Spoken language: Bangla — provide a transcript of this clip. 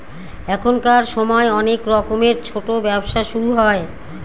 এখনকার সময় অনেক রকমের ছোটো ব্যবসা শুরু হয়